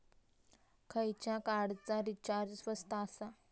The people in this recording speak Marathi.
खयच्या कार्डचा रिचार्ज स्वस्त आसा?